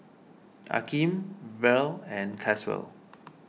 Akeem Verl and Caswell